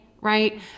right